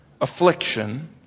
affliction